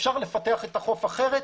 אפשר לפתח את החוף אחרת.